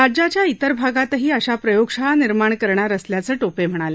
राज्याच्या इतर भागांतही अशा प्रयोगशाळा निर्माण करणार असल्याचं टोपे म्हणाले